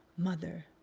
mother,